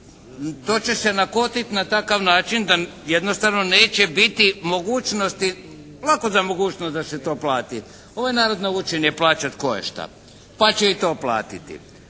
To će se nakotiti na takav način da jednostavno neće biti mogućnosti. Lako za mogućnosti da se to plaći. Ovaj narod naučen je plaćat koješta, pa će i to platiti.